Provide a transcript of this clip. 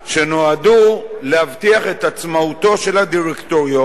שנועדו להבטיח את עצמאותו של הדירקטוריון